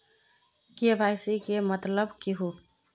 KYC के मतलब केहू?